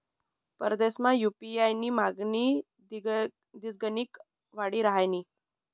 परदेसमा यु.पी.आय नी मागणी दिसगणिक वाडी रहायनी